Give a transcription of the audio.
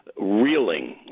reeling